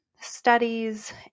studies